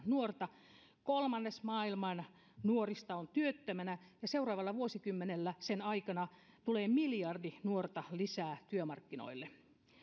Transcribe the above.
nuorta kolmannes maailman nuorista on työttömänä ja seuraavan vuosikymmenen aikana tulee miljardi nuorta lisää työmarkkinoille